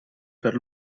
per